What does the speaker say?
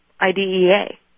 IDEA